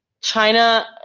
china